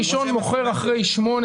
מוכר אחרי שמונה